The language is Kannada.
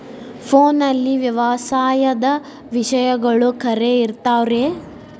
ಫೋನಲ್ಲಿ ವ್ಯವಸಾಯದ ವಿಷಯಗಳು ಖರೇ ಇರತಾವ್ ರೇ?